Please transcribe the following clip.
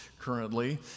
currently